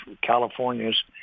Californias